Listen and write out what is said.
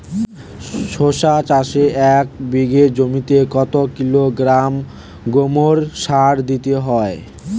শশা চাষে এক বিঘে জমিতে কত কিলোগ্রাম গোমোর সার দিতে হয়?